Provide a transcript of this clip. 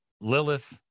Lilith